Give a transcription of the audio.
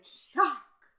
shock